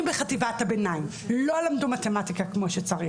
אם בחטיבת הביניים לא למדו מתמטיקה כמו שצריך,